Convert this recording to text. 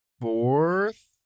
fourth